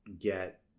get